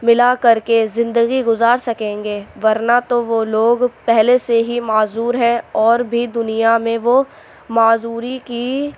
ملا کر کے زندگی گُزار سکیں گے ورنہ تو وہ لوگ پہلے سے ہی معذور ہیں اور بھی دُنیا میں وہ معذوری کی